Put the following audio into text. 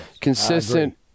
consistent